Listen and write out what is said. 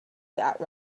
that